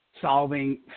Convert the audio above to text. solving